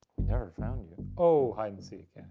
we never found you? oh, hide and seek, yeah.